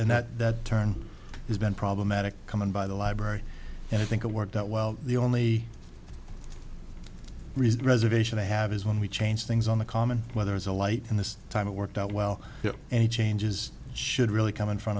and that that turn has been problematic coming by the library and i think it worked out well the only reason reservation i have is when we change things on the common whether it's a light and this time it worked out well any changes should really come in front